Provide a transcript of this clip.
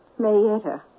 Mayetta